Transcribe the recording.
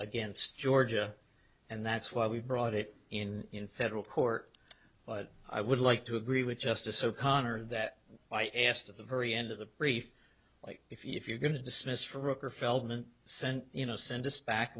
against georgia and that's why we brought it in in federal court but i would like to agree with justice o'connor that i asked at the very end of the brief like if you're going to dismiss for hook or feldman sent you know send this back